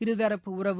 இருதரப்பு உறவு